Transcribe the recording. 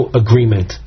agreement